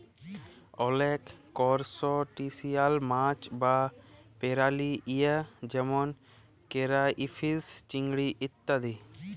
অলেক করসটাশিয়াল মাছ বা পেরালি হ্যয় যেমল কেরাইফিস, চিংড়ি ইত্যাদি